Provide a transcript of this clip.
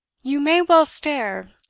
you may well stare!